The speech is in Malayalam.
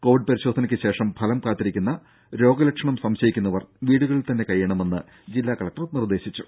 കോവിഡ് പരിശോധനക്ക് ശേഷം ഫലം കാത്തിരിക്കുന്ന രോഗലക്ഷണം സംശയിക്കുന്നവർ വീടുകളിൽ തന്നെ കഴിയണമെന്ന് ജില്ലാ കലക്ടർ നിർദേശിച്ചു